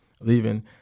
leaving